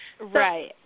Right